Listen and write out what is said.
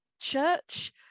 church